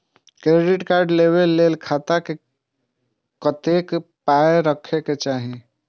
Credit card लेबै के लेल खाता मे कतेक पाय राखै के चाही?